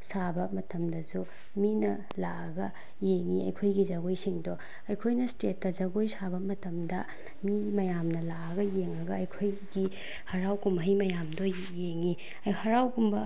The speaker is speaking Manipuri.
ꯁꯥꯕ ꯃꯇꯝꯗꯁꯨ ꯃꯤꯅ ꯂꯥꯛꯑꯒ ꯌꯦꯡꯉꯤ ꯑꯩꯈꯣꯏꯒꯤ ꯖꯒꯣꯏꯁꯤꯡꯗꯣ ꯑꯩꯈꯣꯏꯅ ꯏꯁꯇꯦꯠꯇ ꯖꯒꯣꯏ ꯁꯥꯕ ꯃꯇꯝꯗ ꯃꯤ ꯃꯌꯥꯝꯅ ꯂꯥꯛꯑꯒ ꯌꯦꯡꯉꯒ ꯑꯩꯈꯣꯏꯒꯤ ꯍꯔꯥꯎ ꯀꯨꯝꯍꯩ ꯃꯌꯥꯝꯗꯣ ꯌꯦꯡꯉꯤ ꯍꯔꯥꯎ ꯀꯨꯝꯕ